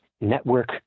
Network